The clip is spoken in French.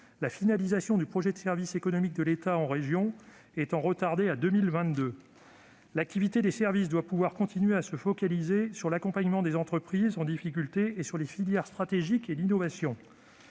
la finalisation du projet de services économiques de l'État en région a été retardée à 2022. L'activité des services doit pouvoir continuer à se focaliser sur l'accompagnement des entreprises en difficulté, ainsi que sur les filières stratégiques et l'innovation.